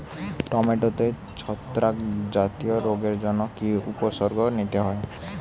টমেটোতে ছত্রাক জনিত রোগের জন্য কি উপসর্গ নিতে হয়?